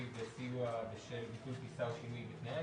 וסיוע בשל ביטול טיסה או שינוי בתנאיה),